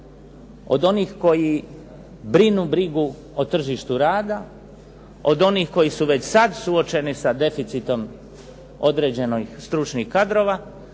od onih koji brinu brigu o tržištu rada, od onih koji su već sada suočeni sa deficitom određenih stručnih kadrova